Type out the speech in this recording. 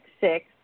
six